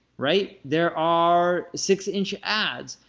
right? there are six inch ads.